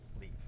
leave